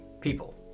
people